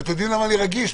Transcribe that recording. ואתם יודעים למה אני רגיש?